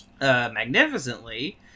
magnificently